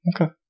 Okay